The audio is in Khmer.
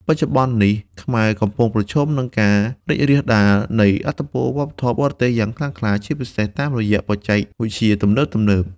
បច្ចុប្បន្ននេះ ខ្មែរកំពុងប្រឈមនឹងការរីករាលដាលនៃឥទ្ធិពលវប្បធម៌បរទេសយ៉ាងខ្លាំងក្លា ជាពិសេសតាមរយៈបច្ចេកវិទ្យាទំនើបៗ។